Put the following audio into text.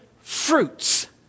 fruits